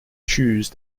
choose